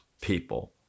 people